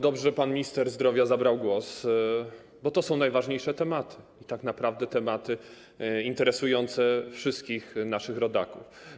Dobrze, że pan minister zdrowia zabrał głos, bo to są najważniejsze tematy i tak naprawdę tematy interesujące wszystkich naszych rodaków.